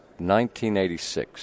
1986